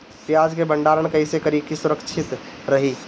प्याज के भंडारण कइसे करी की सुरक्षित रही?